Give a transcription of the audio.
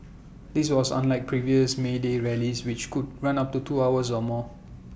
this was unlike previous may day rallies which could run up to two hours or more